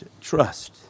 trust